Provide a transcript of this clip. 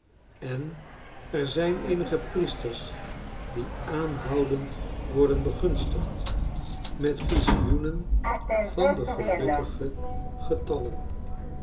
en er zijn eenige priesters die aanhoudend worden begunstigd met visioenen van de